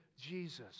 Jesus